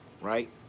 right